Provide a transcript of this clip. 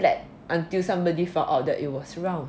flat until somebody found out that it was round